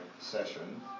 session